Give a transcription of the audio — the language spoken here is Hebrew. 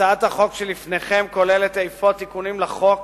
הצעת החוק שלפניכם כוללת אפוא תיקונים לחוק